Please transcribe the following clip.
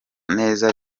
neza